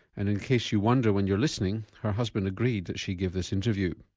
and in case you wonder when you're listening, her husband agreed that she give this interview.